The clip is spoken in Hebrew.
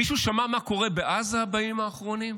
מישהו שמע מה קורה בעזה בימים האחרונים?